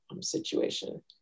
situation